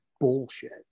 bullshit